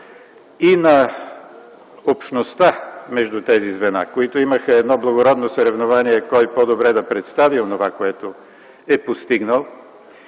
и на общността между тези звена, които имаха благородно съревнование кой по-добре да представи онова, което е постигнал,